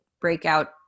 breakout